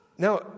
Now